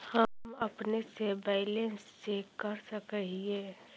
हम अपने से बैलेंस चेक कर सक हिए?